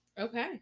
Okay